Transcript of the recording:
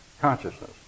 consciousness